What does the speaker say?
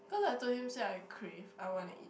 cause I told him say I crave I wanna eat